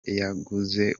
yaguze